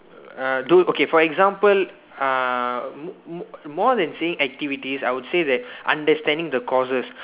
err do okay for example uh m~ m~ more than saying activities I would say that understanding the courses